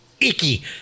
icky